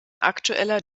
aktueller